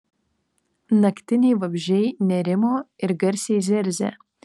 naktiniai vabzdžiai nerimo ir garsiai zirzė